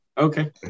Okay